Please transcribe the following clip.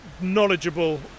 knowledgeable